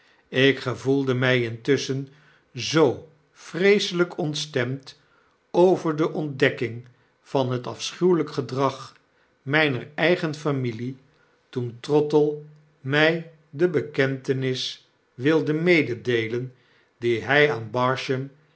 ik gevoelde my intusschen zoo vreeselyk ontstemd overde ontdekking van het afschuwelijke gedrag myner eigen familie toen trottle my de bekentenis wilde mededeelen die hij aan